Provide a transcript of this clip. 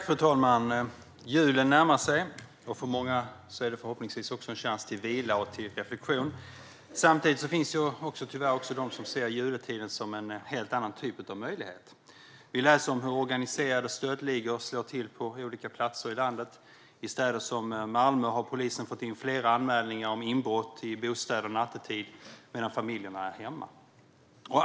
Fru talman! Julen närmar sig, och för många ger det förhoppningsvis en chans till vila och reflektion. Samtidigt finns det tyvärr också de som ser jultiden som en helt annan typ av möjlighet. Vi läser om hur organiserade stöldligor slår till på olika platser i landet. I städer som Malmö har polisen fått in flera anmälningar om inbrott i bostäder nattetid, medan familjerna är hemma.